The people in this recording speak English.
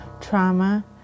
trauma